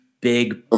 big